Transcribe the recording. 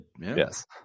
Yes